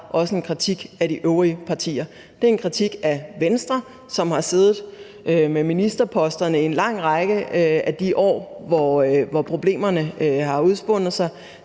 også en kritik af de øvrige partier. Det er en kritik af Venstre, som har siddet med ministerposterne i en lang række af de år, hvor problemerne har udspundet sig.